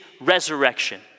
resurrection